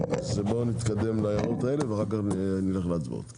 נתקדם להערות האלה ואחר כך נעבור להצבעות.